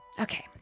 Okay